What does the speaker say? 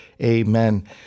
Amen